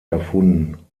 erfunden